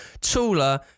taller